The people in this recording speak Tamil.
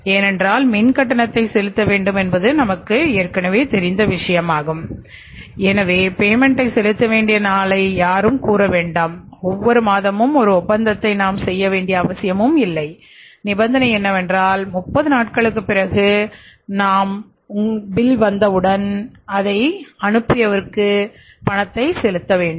ஏனென்றால் மின் கட்டணத்தை செலுத்த வேண்டும் என்பது நமக்குத் தெரியும் எனவே பேமெண்ட்டை அனுப்புவோம் அதற்கேற்ப நீங்கள் பணம் செலுத்த வேண்டும்